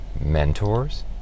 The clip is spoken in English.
mentors